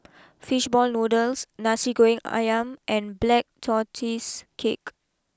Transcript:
Fish Ball Noodles Nasi Goreng Ayam and Black Tortoise Cake